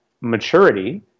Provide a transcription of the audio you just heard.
maturity